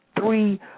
Three